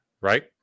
right